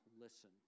listen